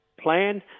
plan